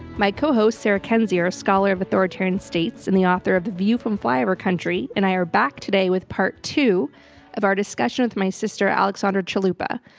my co-host, sarah kendzior, scholar of authoritarian states and the author of the view from flyover country, and i are back today with part two of our discussion with my sister alexandra chalupa,